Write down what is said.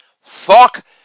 Fuck